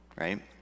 Right